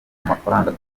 amafaranga